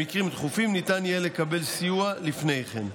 במקרים דחופים ניתן יהיה לקבל סיוע לפני כן.